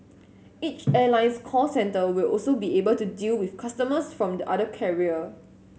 each airline's call centre will also be able to deal with customers from the other carrier